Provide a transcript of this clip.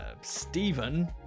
Stephen